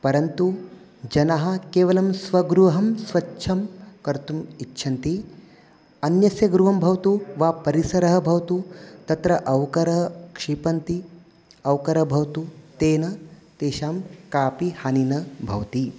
परन्तु जनाः केवलं स्वगृहं स्वच्छं कर्तुम् इच्छन्ति अन्यस्य गृहं भवतु वा परिसरः भवतु तत्र अवकराः क्षिपन्ति अवकरः भवतु तेन तेषां कापि हानि न भवति